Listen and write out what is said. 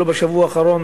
בשבוע האחרון